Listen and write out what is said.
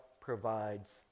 provides